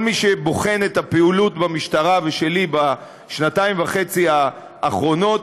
כל מי שבוחן את הפעילות של המשטרה ושלי בשנתיים וחצי האחרונות,